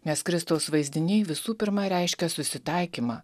nes kristaus vaizdiniai visų pirma reiškia susitaikymą